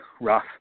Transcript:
rough